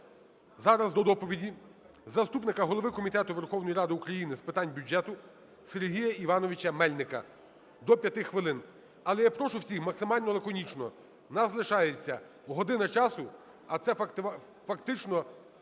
зараз до доповіді заступника голови Комітету Верховної Ради України з питань бюджету Сергія Івановича Мельника, до 5 хвилин. Але я прошу всіх максимально лаконічно. А нас залишається година часу, а це фактично